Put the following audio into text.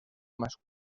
más